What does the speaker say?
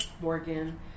Morgan